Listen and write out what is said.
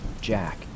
Jack